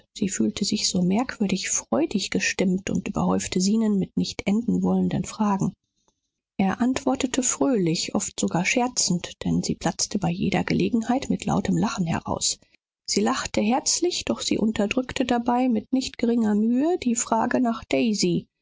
sie fühlte sich so merkwürdig freudig gestimmt und überhäufte zenon mit nicht endenwollenden fragen er antwortete fröhlich oft sogar scherzend denn sie platzte bei jeder gelegenheit mit lautem lachen heraus sie lachte herzlich doch sie unterdrückte dabei mit nicht geringer mühe die frage nach daisy